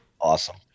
Awesome